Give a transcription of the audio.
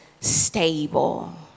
stable